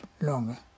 longer